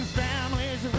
families